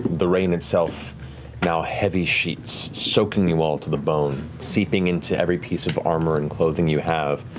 the rain itself now heavy sheets soaking you all to the bone, seeping into every piece of armor and clothing you have.